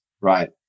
right